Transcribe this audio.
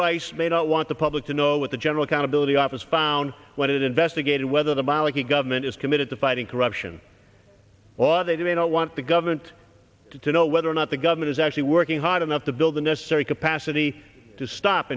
rice may not want the public to know what the general accountability office found when it investigated whether the biology government is committed to fighting corruption or they do not want the government to know whether or not the government is actually working hard enough to build the necessary capacity to stop